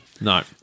No